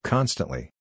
Constantly